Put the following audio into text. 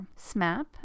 SMAP